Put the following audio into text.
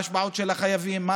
מה ההשפעות על החייבים,